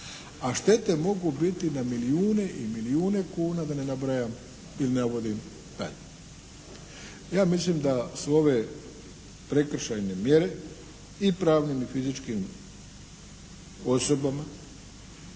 A štete mogu biti na milijune i milijune kuna da ne nabrajam ili navodim dalje. Ja mislim da su ove prekršajne mjere i pravnim i fizičkim osobama